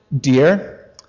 Dear